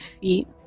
feet